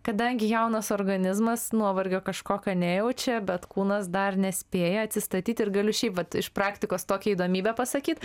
kadangi jaunas organizmas nuovargio kažkokio nejaučia bet kūnas dar nespėja atsistatyt ir galiu šiaip vat iš praktikos tokią įdomybę pasakyt